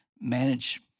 manage